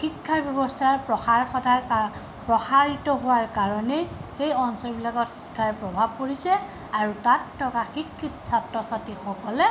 শিক্ষাৰ ব্যৱস্থাৰ প্ৰসাৰ ঘটাৰ প্ৰসাৰিত হোৱাৰ কাৰণেই সেই অঞ্চলবিলাকত শিক্ষাৰ প্ৰভাৱ পৰিছে আৰু তাত থকা শিক্ষিত ছাত্ৰ ছাত্ৰীসকলে